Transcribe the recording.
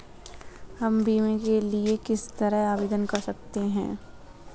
हम बीमे के लिए किस तरह आवेदन कर सकते हैं?